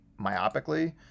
myopically